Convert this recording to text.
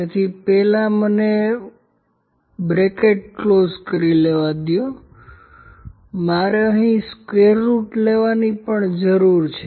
તેથી પહેલા મને બ્રેકેટ કૌંસ બંધ કરવા દો મારે અહીં સ્ક્વેરરુટ લેવાની પણ જરૂર છે